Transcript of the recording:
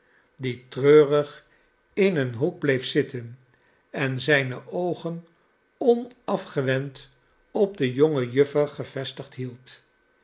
die treurig in een hoek bleef zitten en zijne oogen onafgewend op de jonge juffer gevestigd hield